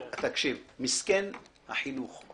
מסכן החינוך.